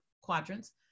quadrants